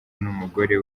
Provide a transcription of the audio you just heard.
n’umugore